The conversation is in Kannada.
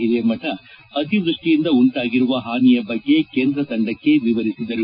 ಹಿರೇಮಠ ಅತಿವೃಷ್ಟಿಯಿಂದ ಉಂಟಾಗಿರುವ ಹಾನಿಯ ಬಗ್ಗೆ ಕೇಂದ್ರ ತಂಡಕ್ಕೆ ವಿವರಿಸಿದರು